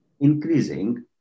increasing